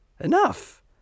Enough